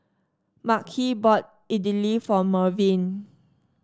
Makhi bought Idili for Mervyn